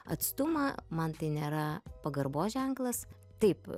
atstumą man tai nėra pagarbos ženklas taip